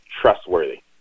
trustworthy